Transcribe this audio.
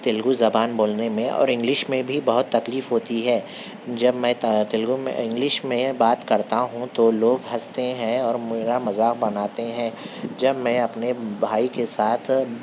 تیلگو زبان بولنے میں اور انگلش میں بھی بہت تکلیف ہوتی ہے جب میں تے تیلگو میں انگلش میں بات کرتا ہوں تو لوگ ہنستے ہیں اور میرا مذاق بناتے ہیں جب میں اپنے بھائی کے ساتھ